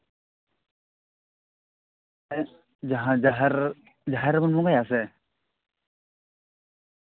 ᱡᱟᱦᱟᱸ ᱡᱟᱦᱮᱨ ᱡᱟᱦᱮᱨ ᱨᱮᱵᱚᱱ ᱵᱚᱸᱜᱟᱭᱟ ᱥᱮ